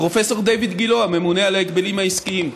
פרופ' דייוויד גילה, הממונה על ההגבלים העסקיים.